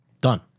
Done